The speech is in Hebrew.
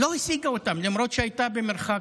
לא השיגה אותם למרות שהייתה במרחק,